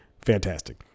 fantastic